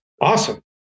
awesome